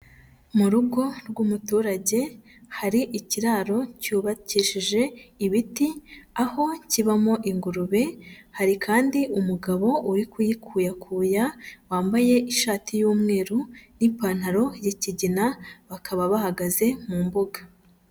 Mu rugo rw'umuturage hari ikiraro cyubakishije ibiti, aho kibamo ingurube hari kandi umugabo uri kuyikuyakuya wambaye ishati y'umweru n'ipantaro y'ikigina, bakaba bahagaze mu mbuga.